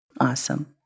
Awesome